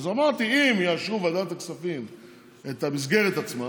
אז אמרתי: אם יאשרו בוועדת הכספים את המסגרת עצמה,